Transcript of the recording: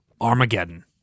Armageddon